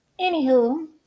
anywho